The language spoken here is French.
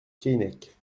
keinec